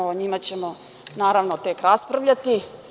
O njima ćemo naravno tek raspravljati.